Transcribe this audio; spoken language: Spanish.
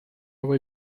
voy